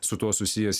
su tuo susijęs